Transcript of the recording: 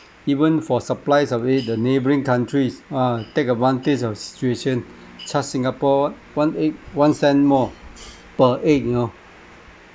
even for supplies of egg the neighbouring countries ah take advantage of situation charge singapore one egg one cent more per egg you know